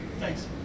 Thanks